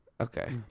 Okay